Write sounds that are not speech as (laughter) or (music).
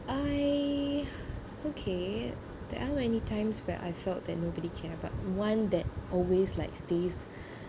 I okay there are many times where I felt that nobody care about one that always like stays (breath)